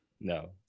No